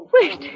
Wait